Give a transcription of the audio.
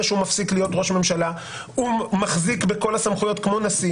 שהוא מפסיק להיות ראש ממשלה הוא מחזיק בכל הסמכויות כמו נשיא